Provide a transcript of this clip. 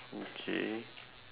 okay